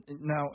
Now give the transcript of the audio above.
now